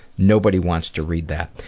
nobody wants to read that.